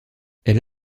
elle